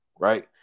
right